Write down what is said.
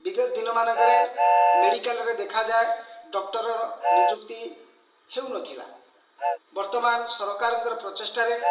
ବିଗତ ଦିନମାନଙ୍କରେ ମେଡ଼ିକାଲ୍ରେ ଦେଖାଯାଏ ଡକ୍ଟର୍ ର ନିଯୁକ୍ତି ହେଉନଥିଲା ବର୍ତ୍ତମାନ ସରକାରଙ୍କର ପ୍ରଚେଷ୍ଟାରେ